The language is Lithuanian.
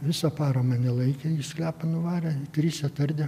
visą parą mane laikė į sklepą nuvarę trise tardė